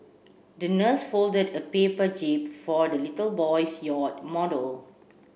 the nurse folded a paper jib for the little boy's yacht model